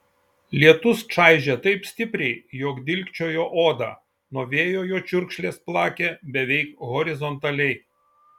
lietus čaižė taip stipriai jog dilgčiojo odą nuo vėjo jo čiurkšlės plakė beveik horizontaliai